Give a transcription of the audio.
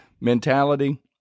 mentality